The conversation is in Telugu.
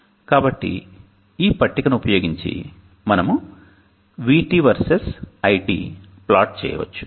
కాబట్టి ఈ పట్టికను ఉపయోగించి మనం VT వర్సెస్ iT ప్లాట్ చేయవచ్చు